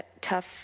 tough